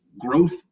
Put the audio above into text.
growth